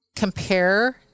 Compare